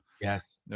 Yes